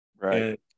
Right